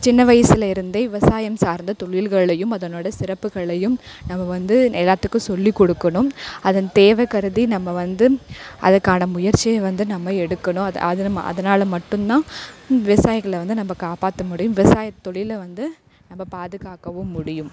சின்ன வயசில் இருந்தே விவசாயம் சார்ந்த தொழில்களையும் அதனோட சிறப்புகளையும் நம்ம வந்து எல்லாத்துக்கும் சொல்லி கொடுக்கணும் அதன் தேவை கருதி நம்ம வந்து அதுக்கான முயற்சியை வந்து நம்ம எடுக்கணும் அது அதனால் மட்டும்தான் விவசாயிகளை வந்து நம்ம காப்பாற்ற முடியும் விவசாயத்தொழில வந்து நம்ம பாதுகாக்கவும் முடியும்